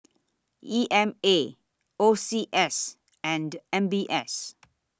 E M A O C S and M B S